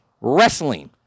wrestling